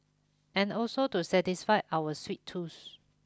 and also to satisfy our sweet tooth